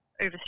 over